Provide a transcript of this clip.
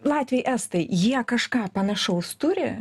latviai estai jie kažką panašaus turi